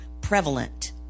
prevalent